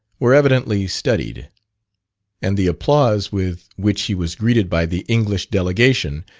were evidently studied and the applause with which he was greeted by the english delegation,